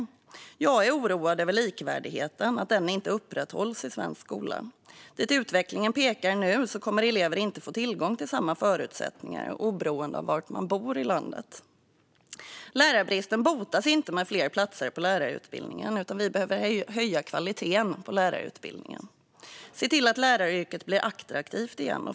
Jag är oroad över att likvärdigheten inte upprätthålls i svensk skola. Utvecklingen pekar nu på att elever inte kommer att få samma förutsättningar oberoende av var i landet de bor. Lärarbristen botas inte med fler platser på lärarutbildningen, utan vi behöver höja kvaliteten på lärarutbildningen och se till att läraryrket blir attraktivt igen.